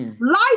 life